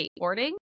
skateboarding